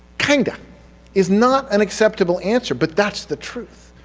kinda is not an acceptable answer, but that's the truth.